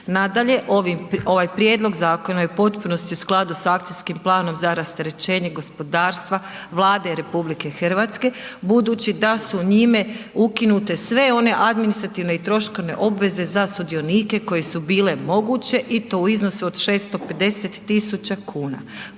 Nadalje, ovaj prijedlog zakona je u potpunosti u skladu s Akcijskim planom za rasterećenje gospodarstva Vlade RH budući da su njime ukinute sve one administrativne i troškovne obveze za sudionike koje su bile moguće i to u iznosu od 650.000 kuna.